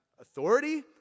authority